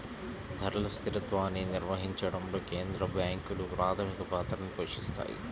ధరల స్థిరత్వాన్ని నిర్వహించడంలో కేంద్ర బ్యాంకులు ప్రాథమిక పాత్రని పోషిత్తాయి